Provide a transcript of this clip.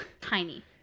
tiny